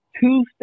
two